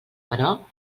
però